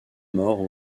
morts